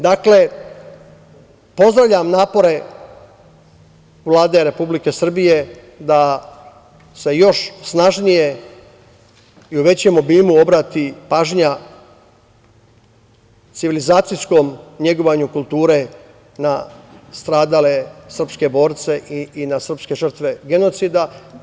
Dakle, pozdravljam napore Vlade Republike Srbije da se još snažnije i u većem obimu obrati pažnja civilizacijskom negovanju kulture na stradale srpske borce i srpske žrtve genocida.